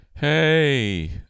Hey